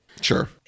sure